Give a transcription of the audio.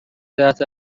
صحت